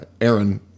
Aaron